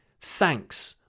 Thanks